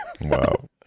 Wow